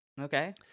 Okay